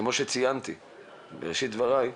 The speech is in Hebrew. כמו שציינתי בראשית דבריי,